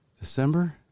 December